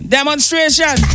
Demonstration